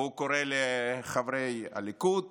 והוא קורא לחברי הליכוד